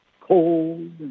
cold